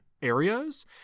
areas